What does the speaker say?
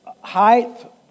height